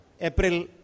April